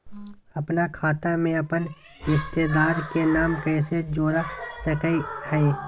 अपन खाता में अपन रिश्तेदार के नाम कैसे जोड़ा सकिए हई?